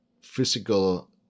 physical